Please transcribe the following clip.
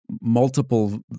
multiple